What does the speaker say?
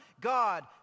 God